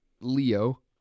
Leo